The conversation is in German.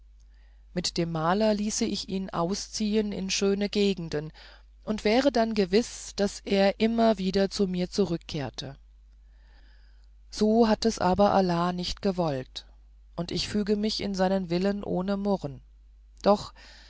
mit dem maler ließe ich ihn ausziehen in schöne gegenden und wäre dann gewiß daß er immer wieder zu mir zurückkehrte so hat es aber allah nicht gewollt und ich füge mich in seinen willen ohne murren doch